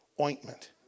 ointment